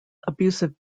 abusive